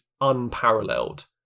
unparalleled